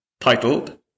titled